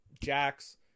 Jack's